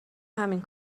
همین